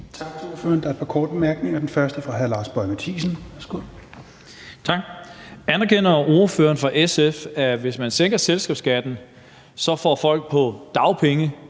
Tak. Anerkender ordføreren fra SF, at hvis man sænker selskabsskatten, får folk på dagpenge